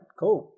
cool